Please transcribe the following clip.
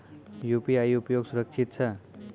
UPI उपयोग सुरक्षित छै?